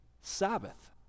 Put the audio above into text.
Sabbath